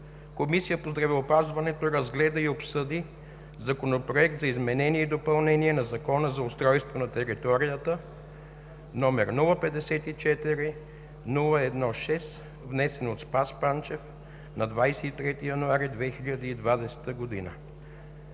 Комисията по здравеопазването разгледа и обсъди Законопроект за изменение и допълнение на Закона за устройство на територията, № 054-01-6, внесен от Спас Панчев на 23 януари 2020 г.